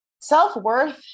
self-worth